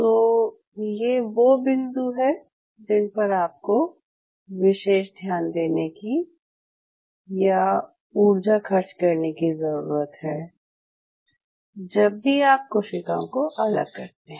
तो ये वो बिंदु हैं जिन पर आपको विशेष ध्यान देने की या ऊर्जा खर्च करने की ज़रूरत है जब भी आप कोशिकाओं को अलग करना चाहते हैं